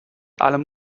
allem